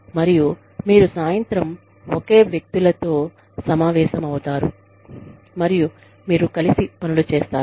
మరియు మీరు సాయంత్రం ఒకే వ్యక్తులతో సమావేశమవుతారు మరియు మీరు కలిసి పనులు చేస్తారు